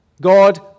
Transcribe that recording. God